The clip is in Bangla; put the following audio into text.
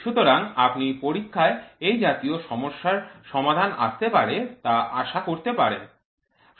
সুতরাং আপনি পরীক্ষায় এই জাতীয় সমস্যার সমাধান আসতে পারে তা আশা করতে পারেন